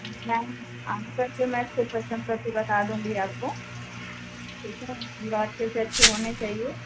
मैं आप फोन कर के बता दूँगी आपको ठीक है जिसमें अच्छे से अच्छे होने चाहिए